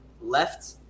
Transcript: left